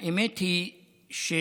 האמת היא שהדאגה